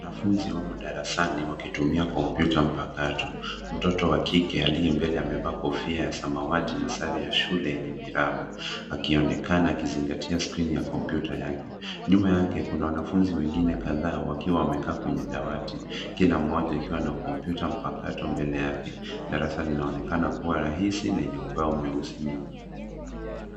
Wanafunzi wamo darasani wakitumia kompyuta mpakato. Mtoto wa kike aliye mbele amevaa kofia ya samawati na sare ya shule yenye miraba. Akionekana akizingatia skrini ya kompyuta yake. Nyuma yake kuna wanafunzi wengine kadhaa wakiwa wamekaa kwenye dawati. Kila mmoja akiwa na kompyuta mpakato mbele yake. Darasa linaonekana kuwa rahisi lenye ubao mweusi nyuma.